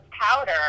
powder